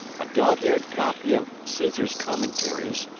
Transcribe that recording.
a dog-eared copy of caesar's commentaries,